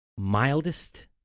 mildest